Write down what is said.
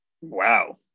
Wow